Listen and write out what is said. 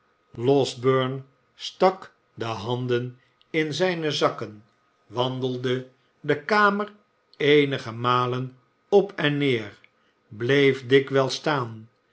losberne stak de handen in zijne zakken wandelde de kamer eenige malen op en neer bleef dikwijls staan